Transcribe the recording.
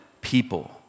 people